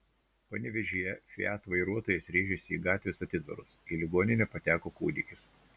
panevėžyje fiat vairuotojas rėžėsi į gatvės atitvarus į ligoninę pateko kūdikis